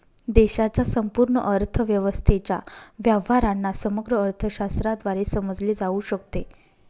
देशाच्या संपूर्ण अर्थव्यवस्थेच्या व्यवहारांना समग्र अर्थशास्त्राद्वारे समजले जाऊ शकते